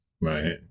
Right